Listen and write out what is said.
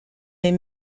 est